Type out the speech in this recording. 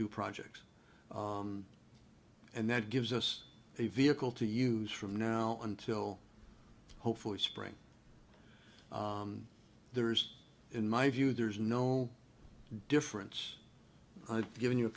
do projects and that gives us a vehicle to use from now until hopefully spring there's in my view there's no difference i've given you a